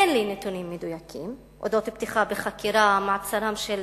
אין לי נתונים מדויקים על אודות פתיחה בחקירה ומעצרם של